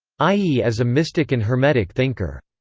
i e. as a mystic and hermetic thinker.